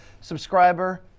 subscriber